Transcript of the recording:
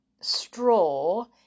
straw